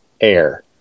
air